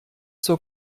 zur